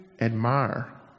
admire